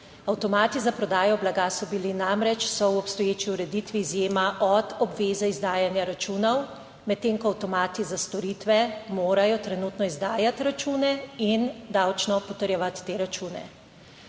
Avtomati za prodajo blaga so bili namreč, so v obstoječi ureditvi izjema od obveze izdajanja računov, medtem ko avtomati za storitve morajo trenutno izdajati račune in davčno potrjevati te račune.